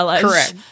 Correct